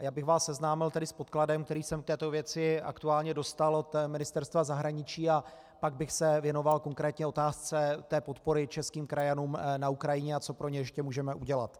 Já bych vás tedy seznámil s podkladem, který jsem k této věci aktuálně dostal od ministerstva zahraniční, a pak bych se věnoval konkrétně otázce té podpory českých krajanů na Ukrajině a co pro ně ještě můžeme udělat.